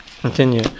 Continue